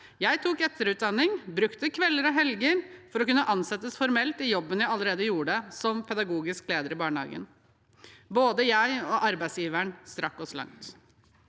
Jeg tok etterutdanning, brukte kvelder og helger, for å kunne ansettes formelt i jobben jeg allerede gjorde, som pedagogisk leder i barnehagen. Både jeg og arbeidsgiveren strakk oss langt.